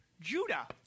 Judah